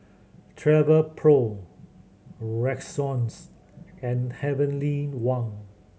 Travelpro Rexona and Heavenly Wang